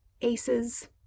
ACEs